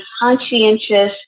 conscientious